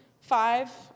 Five